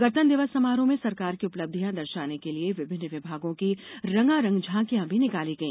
गणतंत्र दिवस समारोह में सरकार की उपलब्धियां दर्शाने के लिए विभिन्न विभागों की रंगारंग झांकियां भी निकाली गई